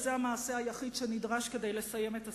והוא המעשה היחיד שנדרש כדי לסיים את הסכסוך,